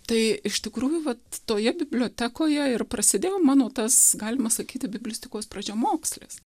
tai iš tikrųjų vat toje bibliotekoje ir prasidėjo mano tas galima sakyti biblistikos pradžiamokslis